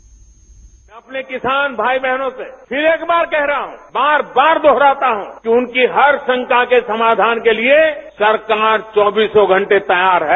मैं अपने किसान भाई बहनों से फिर एक बार कह रहा हूं बार बार दोहराता हूं कि उनकी हर शंका के समाधान के लिये सरकार चौबीसों घंटे तैयार है